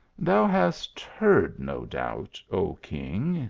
thou hast heard, no doubt, o king,